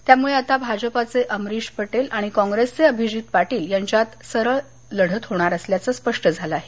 त्यामुळे आता भाजपचे अमरीश पटेल आणि कॉप्रेसचे अभिजित पाटील यांच्यात सरळ लढत होणार असल्याचं स्पष्ट झालं आहे